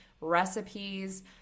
recipes